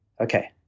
Okay